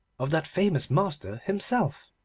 of that famous master himself.